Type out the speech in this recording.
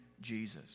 Jesus